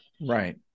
Right